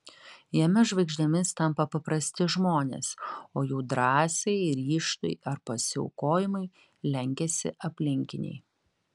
jame žvaigždėmis tampa paprasti žmonės o jų drąsai ryžtui ar pasiaukojimui lenkiasi aplinkiniai